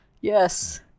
Yes